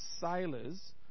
sailors